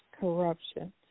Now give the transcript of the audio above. corruption